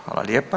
Hvala lijepa.